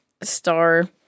Star